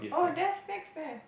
oh there snacks there